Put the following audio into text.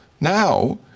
now